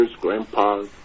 grandpas